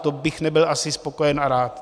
To bych nebyl asi spokojen a rád.